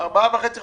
ארבעה וחצי חודשים.